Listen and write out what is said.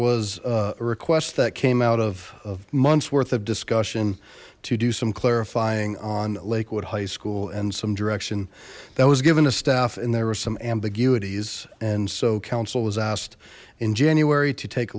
was a request that came out of months worth of discussion to do some clarifying on lakewood high school and some direction that was given to staff and there were some ambiguities and so counsel was asked in january to take a